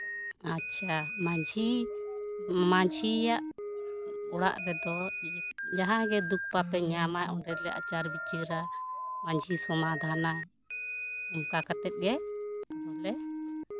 ᱟᱪᱪᱷᱟ ᱢᱟᱹᱡᱷᱤ ᱢᱟᱹᱡᱷᱤᱭᱟᱜ ᱚᱲᱟᱜ ᱨᱮᱫᱚ ᱡᱟᱦᱟᱸᱭ ᱜᱮ ᱫᱩᱠ ᱵᱟᱯᱮ ᱧᱟᱢᱟ ᱚᱸᱰᱮᱞᱮ ᱟᱪᱟᱨ ᱵᱤᱪᱟᱹᱨᱟ ᱢᱟᱹᱡᱷᱤ ᱥᱚᱢᱟᱫᱷᱟᱱᱟ ᱚᱱᱠᱟ ᱠᱟᱛᱮᱜ ᱜᱮ ᱟᱫᱚᱞᱮ